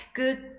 good